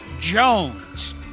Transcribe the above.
Jones